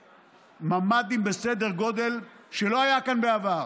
ממ"דים בסדר גודל שלא היה כאן בעבר.